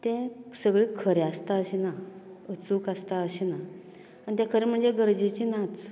तें सगलें खरें आसता अशें ना अचूक आसता अशें ना आनी तें खरें म्हणजे गरजेचें नाच